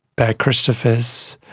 barry christophers,